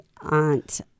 aunt